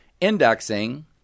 indexing